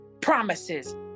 promises